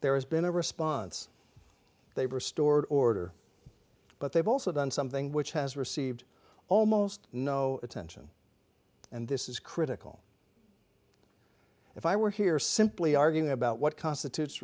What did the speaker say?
there has been a response they restored order but they've also done something which has received almost no attention and this is critical if i were here simply arguing about what constitutes